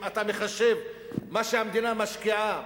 אם אתה מחשב מה שהמדינה משקיעה,